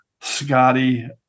Scotty